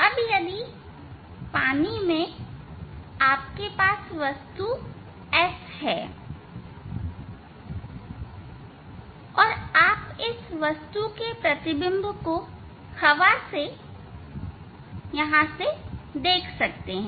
अब यदि पानी में आपके पास वस्तु S है तो आप इस वस्तु का प्रतिबिंब हवा से देख सकते हैं